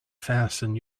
fasten